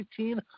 18